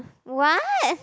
what